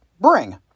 Bring